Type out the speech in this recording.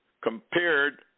compared